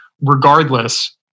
Regardless